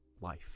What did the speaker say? Life